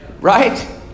Right